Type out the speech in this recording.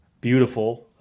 beautiful